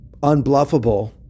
unbluffable—